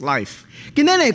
Life